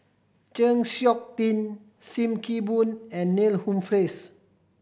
Chng Seok Tin Sim Kee Boon and Neil Humphreys